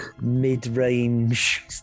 mid-range